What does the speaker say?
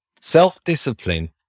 Self-discipline